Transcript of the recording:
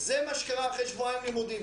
זה מה שקרה אחרי שבועיים לימודים.